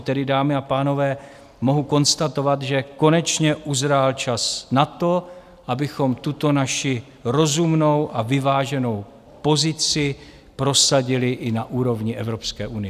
Tedy, dámy a pánové, mohu konstatovat, že konečně uzrál čas na to, abychom tuto naši rozumnou a vyváženou pozici prosadili i na úrovni Evropské unie.